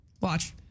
Watch